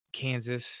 Kansas